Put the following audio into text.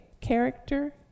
character